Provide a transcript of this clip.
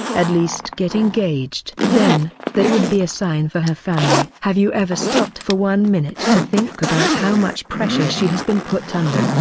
at least get engaged. then, that would be a sign for her family. have you ever stopped for one minute to think about how much pressure she has been put under,